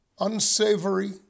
unsavory